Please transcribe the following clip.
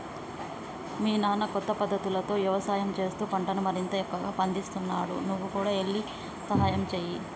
మీ నాన్న కొత్త పద్ధతులతో యవసాయం చేస్తూ పంటను మరింత ఎక్కువగా పందిస్తున్నాడు నువ్వు కూడా ఎల్లి సహాయంచేయి